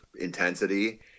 intensity